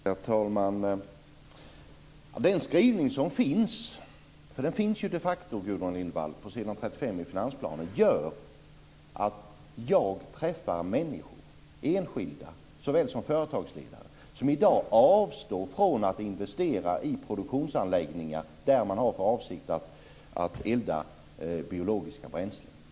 Herr talman! Den skrivning som finns - för den finns de facto på s. 35 i finansplanen, Gudrun Lindvall - gör att när jag träffar människor, enskilda såväl som företagsledare, hör jag att de i dag avstår från att investera i produktionsanläggningar där man har för avsikt att elda med biologiska bränslen.